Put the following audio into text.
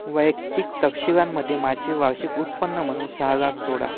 वैयक्तिक तपशिलांमध्ये माझे वार्षिक उत्पन्न म्हणून सहा लाख जोडा